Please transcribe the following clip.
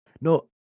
No